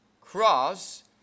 cross